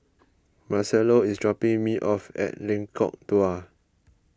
Marcello is dropping me off at Lengkok Dua